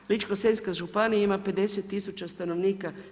Ličko-senjska županija ima 50000 stanovnika.